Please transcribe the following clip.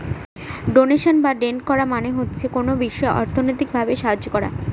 donation বা দেন করা মানে হচ্ছে কোনো বিষয়ে অর্থনৈতিক ভাবে সাহায্য করা